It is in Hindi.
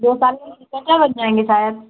दो साल में कितना टाइम लग जाएँगे शायद